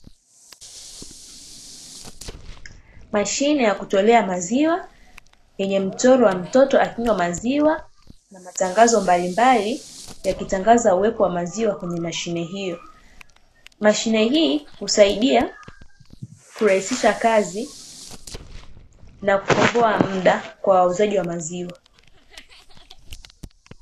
Mashine ya kutolea maziwa, yenye mchoro wa mtoto akinywa maziwa na matangazo mbalimbali yakitangaza uwepo wa maziwa kwenye mashine hiyo. Mashine hii husaidia kurahisisha kazi na kukomboa muda kwa wauzaji wa maziwa.